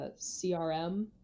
CRM